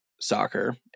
soccer